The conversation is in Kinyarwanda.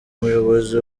umuyobozi